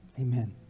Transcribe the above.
Amen